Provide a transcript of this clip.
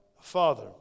Father